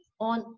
on